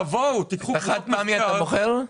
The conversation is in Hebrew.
את החד פעמי אתה מוכר?